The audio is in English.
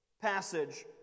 passage